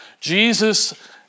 Jesus